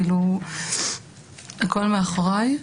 הכל מאחוריי,